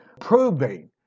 proving